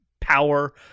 power